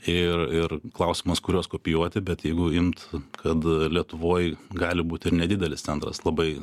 ir ir klausimas kuriuos kopijuoti bet jeigu imt kad lietuvoj gali būt ir nedidelis centras labai